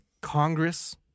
Congress